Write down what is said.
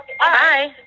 Hi